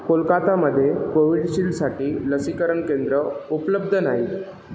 कोलकत्तामध्ये कोविडशिल्डसाठी लसीकरण केंद्र उपलब्ध नाही